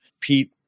Pete